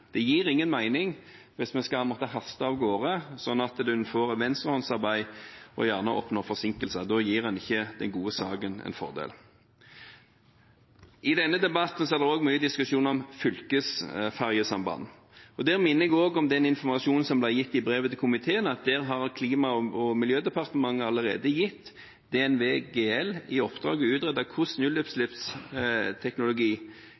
Det gir ingen mening hvis vi skal måtte haste av gårde, sånn at en får venstrehåndsarbeid og det gjerne oppstår forsinkelser. Da gir en ikke den gode saken en fordel. I denne debatten har det også vært mye diskusjon om fylkesfergesamband. Da minner jeg også om den informasjonen som ble gitt i brevet til komiteen, at Klima- og miljødepartementet allerede har gitt DNV GL i oppdrag å utrede hvordan nullutslippsteknologi